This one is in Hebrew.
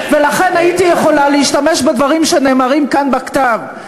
ולכן הייתי יכולה להשתמש בדברים שנאמרים כאן בכתב,